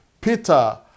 Peter